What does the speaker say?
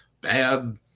bad